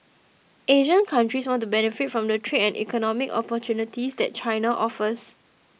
Asian countries want to benefit from the trade and economic opportunities that China offers